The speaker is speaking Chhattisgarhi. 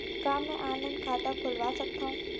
का मैं ऑनलाइन खाता खोलवा सकथव?